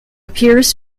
appears